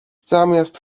zamiast